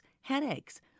headaches